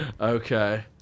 okay